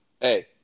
Hey